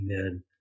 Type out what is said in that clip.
Amen